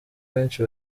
benshi